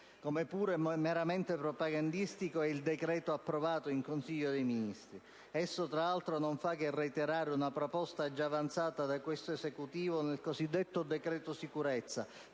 Come pure meramente propagandistico è il decreto approvato in Consiglio dei ministri: esso, tra l'altro, non fa che reiterare una proposta già avanzata da questo Esecutivo nel cosiddetto decreto sicurezza,